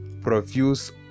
profuse